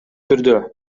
түрдө